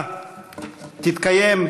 הבאה תתקיים,